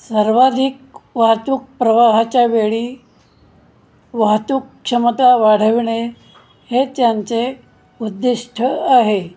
सर्वाधिक वाहतूक प्रवाहाच्या वेळी वाहतूक क्षमता वाढवणे हे त्यांचे उद्दिष्ट आहे